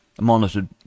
monitored